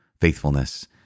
faithfulness